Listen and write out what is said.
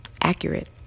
accurate